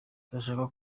turashaka